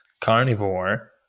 carnivore